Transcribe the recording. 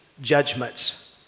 judgments